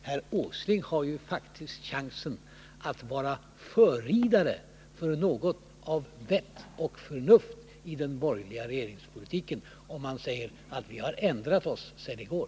Nils Åsling har ju faktiskt chansen att bli förridare för något av vett och förnuft i den borgerliga regeringens politik, om han säger att den borgerliga regeringen har ändrat sig sedan i går.